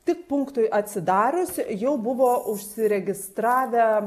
tik punktui atsidarius jau buvo užsiregistravę